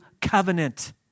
covenant